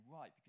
right